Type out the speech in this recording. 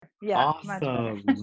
Awesome